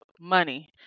money